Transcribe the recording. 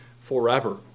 forever